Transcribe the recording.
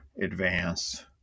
advance